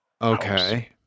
Okay